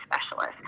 Specialist